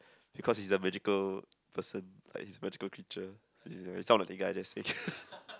because he's is a magical person like he's a magical creature he sounds like the guy I just say